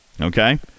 Okay